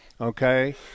Okay